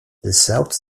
south